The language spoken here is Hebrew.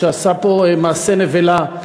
שעשה פה מעשה נבלה,